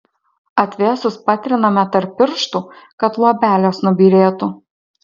atvėsus patriname tarp pirštų kad luobelės nubyrėtų